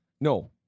No